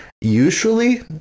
Usually